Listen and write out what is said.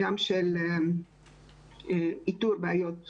בין היתר איתור בעיות גדילה,